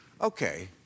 Okay